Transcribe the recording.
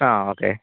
ആ ഓക്കേ